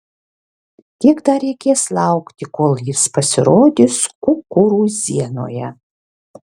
kiek dar reikės laukti kol jis pasirodys kukurūzienoje